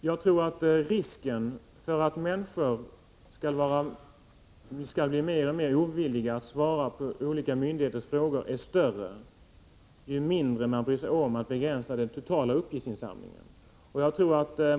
Herr talman! Jag tror att risken för att människor skall bli mer och mer ovilliga att svara på olika myndigheters frågor är större ju mindre man bryr sig om att begränsa den totala uppgiftsinsamlingen.